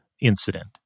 incident